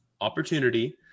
opportunity